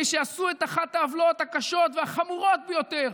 כמי שעשו את אחד העוולות הקשות והחמורות ביותר